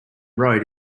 road